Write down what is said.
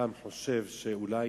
פעם חשבתי שאולי